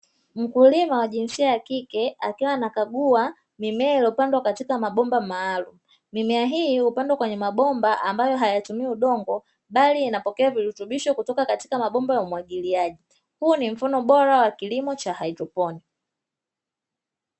Mkulima wa jinsia ya kike akiwa anakagua mimea iliyopandwa katika mabomba maalum. Mimea hii hupandwa kwenye mabomba ambayo hayatumii udongo bali inapokea virutubisho kutoka katika mabomba ya umwagiliaji. Huo ni mfano bora wa kilimo cha hydroponi.